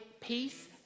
peace